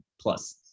plus